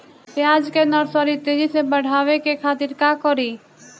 प्याज के नर्सरी तेजी से बढ़ावे के खातिर का करी?